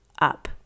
up